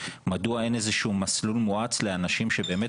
מדוע אין איזה שהוא מסלול מואץ לאנשים שבאמת